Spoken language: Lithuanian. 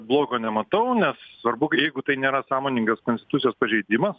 blogo nematau nes svarbu jeigu tai nėra sąmoningas konstitucijos pažeidimas